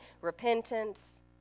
repentance